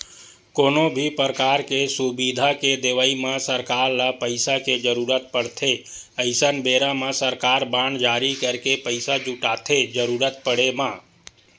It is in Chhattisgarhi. कोनो भी परकार के सुबिधा के देवई म सरकार ल पइसा के जरुरत पड़थे अइसन बेरा म सरकार बांड जारी करके पइसा जुटाथे जरुरत पड़े म